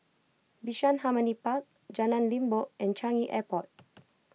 Bishan Harmony Park Jalan Limbok and Changi Airport